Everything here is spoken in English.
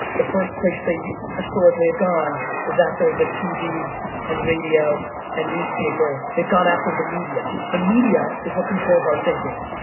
the first place they historically have gone is after the tv and radio and newspaper. they've gone after the media. the media is what controls our thinking.